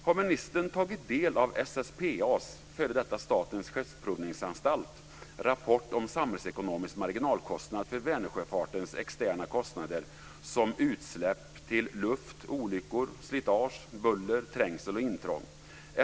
Har ministern tagit del av SSPA:s - f.d. Statens skeppsprovningsanstalt - rapport om samhällsekonomisk marginalkostnad för Vänersjöfartens externa kostnader, som utsläpp till luft, olyckor, slitage, buller, trängsel och intrång?